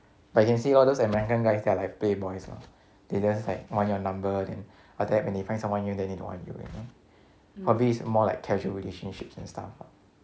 but you can see all those american guys they are like play boys lah they just like want your number then after that when you find someone new then they don't want you already probably is more like casual relationships and stuff ah